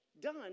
Done